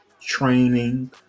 training